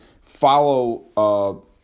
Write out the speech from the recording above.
follow